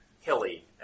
hilly